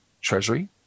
treasury